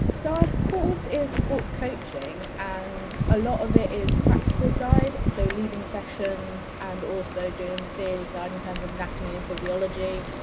so our so course is sports coaching and a lot of it is practical side, so leading sessions and also doing the theory side in terms um anatomy and physiology.